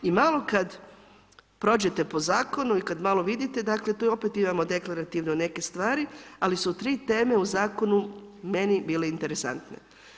I malo kad prođete po zakonu i kad malo vidite, dakle tu opet deklarativno neke stvari ali su tri teme u zakonu meni bile interesantne.